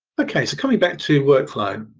ok, so coming back to workflow.